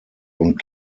und